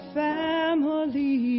family